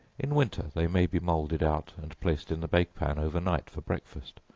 in winter they may be moulded out and placed in the bake pan over night for breakfast,